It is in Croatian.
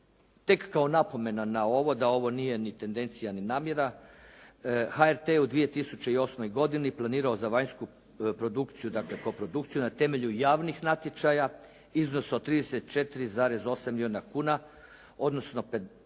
Tek kao napomena na ovo da ovo nije ni tendencija i namjera, HRT je u 2008. godini planirao za vanjsku produkciju, dakle koprodukciju na temelju javnih natječaja iznos od 34,8 milijuna kuna odnosno 15% 77